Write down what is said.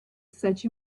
such